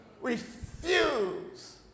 Refuse